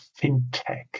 fintech